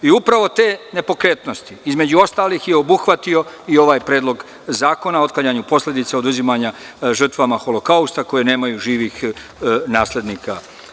Upravo te nepokretnosti, između ostalih je obuhvatio i ovaj Predlog zakona o otklanjanju posledica oduzimanja žrtvama Holokausta koje nemaju živih naslednika.